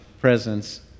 presence